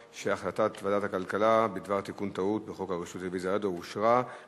ההחלטה בדבר תיקון טעות בחוק הרשות לטלוויזיה ורדיו (תיקון מס' 33),